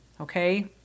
okay